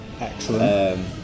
Excellent